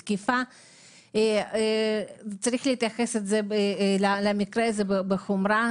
מתקיפה, צריך להתייחס למקרה הזה בחומרה.